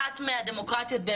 אחת מהדמוקרטיות,